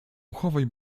uchowaj